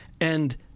and-